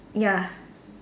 ya